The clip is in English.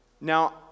Now